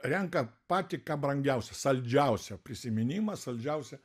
renka patį ką brangiausią saldžiausią prisiminimą saldžiausią